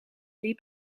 liep